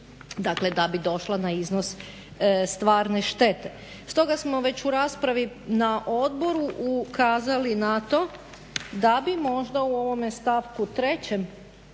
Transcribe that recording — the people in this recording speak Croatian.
dakle da bi došla na iznos stvarne štete. Stoga smo već u raspravi na odboru ukazali na to da bi možda u ovome stavku 3.